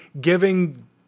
giving